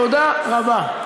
תודה רבה.